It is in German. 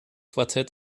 quartett